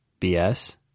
BS